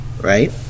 Right